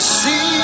see